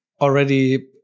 already